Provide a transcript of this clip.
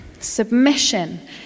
Submission